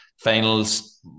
Finals